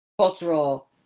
cultural